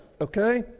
okay